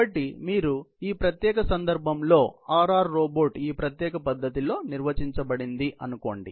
కాబట్టి మీరు ఈ ప్రత్యేక సందర్భంలో అర్ అర్ రోబోట్ ఈ ప్రత్యేక పద్ధతిలో నిర్వచించబడింది అనుకోండి